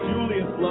Julius